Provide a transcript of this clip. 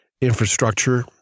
infrastructure